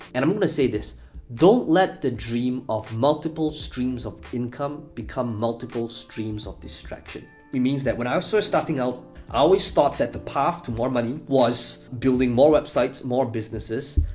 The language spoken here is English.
and i'm gonna say this don't let the dream of multiple streams of income become multiple streams of distraction. what it means that when i was first starting out, i always thought that the path to more money was building more websites, more businesses,